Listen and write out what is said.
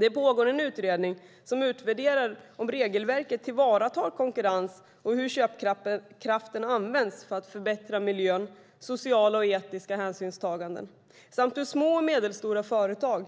Det pågår en utredning som utvärderar om regelverket tillvaratar konkurrens och hur köpkraften används för att förbättra miljön, sociala och etiska hänsynstaganden samt hur små och medelstora företag